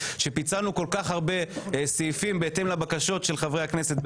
שפיצלנו כל כך הרבה סעיפים בהתאם לבקשות של חברי הכנסת,